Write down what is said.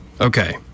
Okay